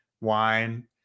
wine